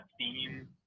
theme